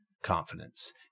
confidence